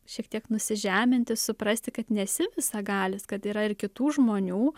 šiek tiek nusižeminti suprasti kad nesi visagalis kad yra ir kitų žmonių